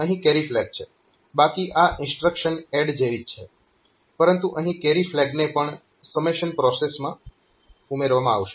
અહીં carry flag છે બાકી આ ઇન્સ્ટ્રક્શન ADD જેવી જ છે પરંતુ અહીં કેરી ફ્લેગને પણ સમેશન પ્રોસેસ માં ઉમેરવામાં આવશે